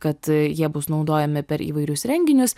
kad jie bus naudojami per įvairius renginius